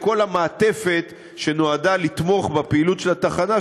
כל המעטפת שנועדה לתמוך בפעילות של התחנה,